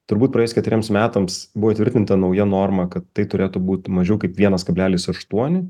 turbūt praėjus keturiems metams buvo įtvirtinta nauja norma kad tai turėtų būt mažiau kaip vienas kablelis aštuoni